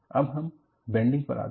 अब हम बैंडिंग पर आते हैं